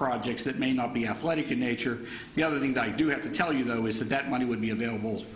projects that may not be athletic in nature the other thing that i do have to tell you though is that that money would be available